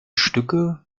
stücke